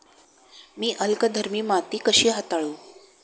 मी अल्कधर्मी माती कशी हाताळू?